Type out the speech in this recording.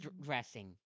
dressing